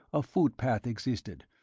a footpath existed,